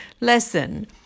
lesson